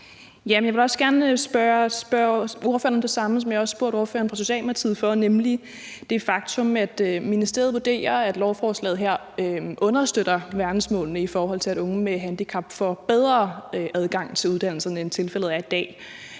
Jeg vil også gerne spørge ordføreren om det samme, som jeg også spurgte ordføreren fra Socialdemokratiet om, nemlig det faktum, at ministeriet vurderer, at lovforslaget her understøtter verdensmålene, i forhold til at unge med handicap får bedre adgang til uddannelserne, end tilfældet er i dag.